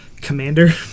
commander